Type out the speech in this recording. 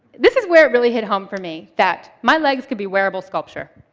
this is where it really hit home for me that my legs could be wearable sculpture.